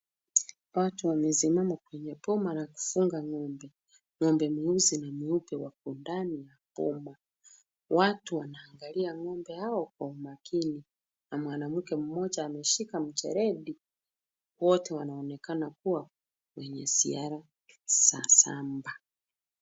Watu wamesimama kwenye boma la kufunga ng'ombe. Ng'ombe mweupe na mweupe wako ndani ya boma. Watu wanaangalia ng'ombe hawa kwa umakini na mwanamke mmoja ameshika micheledi. Wote wanaonekana kuwa kwenye ziara za shamba.